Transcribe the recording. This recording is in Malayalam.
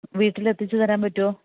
വീട്ടിലെത്തിച്ചുതരാൻ പറ്റുമോ